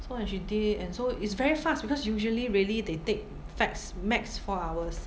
so and she did it and so it's very fast because usually really they take fax max four hours